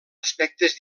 aspectes